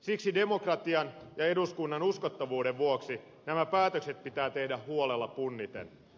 siksi demokratian ja eduskunnan uskottavuuden vuoksi nämä päätökset pitää tehdä huolella punniten